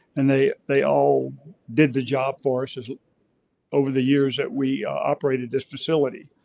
and they they all did the job for us as over the years that we operated this facility.